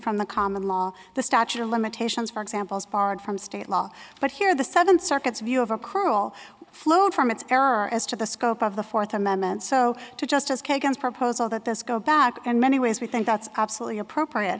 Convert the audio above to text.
from the common law the statute of limitations for example is barred from state law but here the seven circuits view of accrual flowed from its error as to the scope of the fourth amendment so to justice kagan's proposal that this go back and many ways we think that's absolutely appropriate